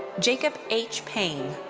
jacob h. payne.